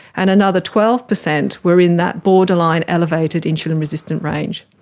and another twelve percent were in that borderline elevated insulin resistant range.